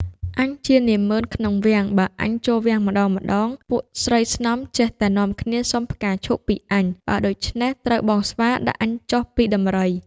អញជានាម៉ឺនក្នុងវាំង បើអញចូលវាំងម្តងៗ ពួកស្រីស្នំចេះតែនាំគ្នាសុំផ្កាឈូកពីអញ។ បើដូច្នេះ ត្រូវបងស្វាដាក់អញចុះពីដំរី"។